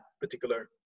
particular